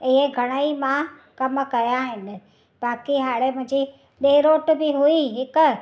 ऐं घणेई मां कमु कया आहिनि बाक़ी हाणी मुंहिंजी ॿे रोट बि हुई हिकु